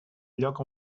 lloc